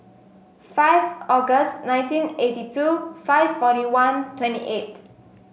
five August nineteen eighty two five forty one twenty eight